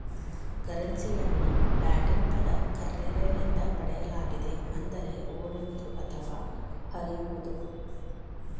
ಕರೆನ್ಸಿಯನ್ನು ಲ್ಯಾಟಿನ್ ಪದ ಕರ್ರೆರೆ ನಿಂದ ಪಡೆಯಲಾಗಿದೆ ಅಂದರೆ ಓಡುವುದು ಅಥವಾ ಹರಿಯುವುದು